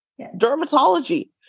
dermatology